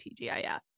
TGIF